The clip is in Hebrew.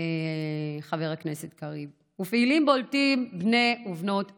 חבר הכנסת קריב, ופעילים בולטים בני ובנות הקהילה,